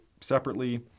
separately